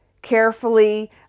carefully